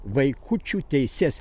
vaikučių teises